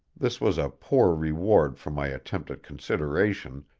this was a poor reward for my attempt at consideration,